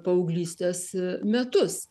paauglystės metus